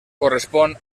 correspon